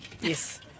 Yes